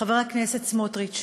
חבר הכנסת סמוטריץ,